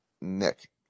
Nick